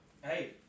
hey